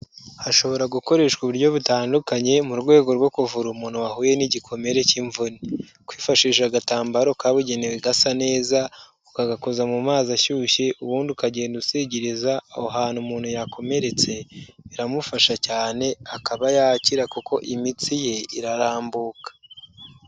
Hashobora gukoreshwa uburyo butandukanye mu rwego rwo kuvura umuntu wahuye n'igikomere cy'imvune, kwifashisha agatambaro kabugenewe gasa neza ukagakoza mu mazi ashyushye ubundi ukagenda usigiriza aho hantu umuntu yakomeretse, biramufasha cyane akaba yakira kuko imitsi ye irarambuka.